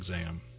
exam